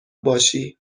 باشی